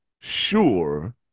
sure